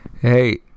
Hey